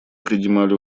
принимали